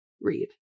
read